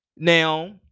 Now